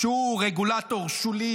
שהוא רגולטור שולי,